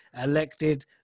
elected